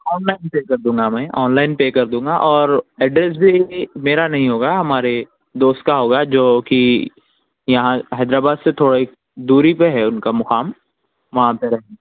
on line پے کر دوں گا میں آن لائن پے کر دوں گا اور ایڈریس بھی میرا نہیں ہوگا ہمارے دوست کا ہوگا جوکہ یہاں حیدرآباد سے تھوڑا ہی دوری پہ ہے ان کا مقام وہاں پہ رہ